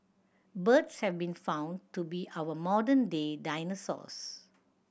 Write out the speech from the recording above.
birds have been found to be our modern day dinosaurs